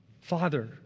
Father